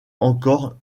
encore